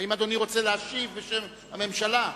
האם אדוני רוצה להשיב בשם הממשלה?